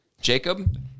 Jacob